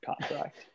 contract